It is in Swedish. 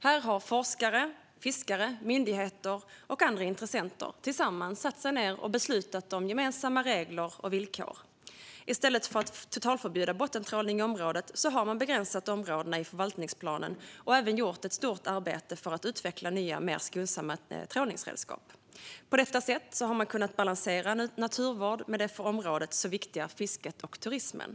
Här har forskare, fiskare, myndigheter och andra intressenter satt sig ned och beslutat om gemensamma regler och villkor. I stället för att totalförbjuda bottentrålning i området har man begränsat områdena i förvaltningsplanen och även gjort ett stort arbete för att utveckla nya, mer skonsamma trålningsredskap. På detta sätt har man kunnat balansera naturvård med det för området så viktiga fisket och turismen.